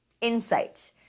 Insight